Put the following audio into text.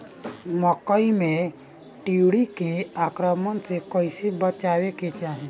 मकई मे टिड्डी के आक्रमण से कइसे बचावे के चाही?